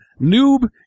noob